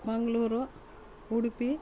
Mangaluru Udupi